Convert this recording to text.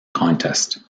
contest